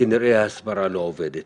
כנראה ההסברה לא עובדת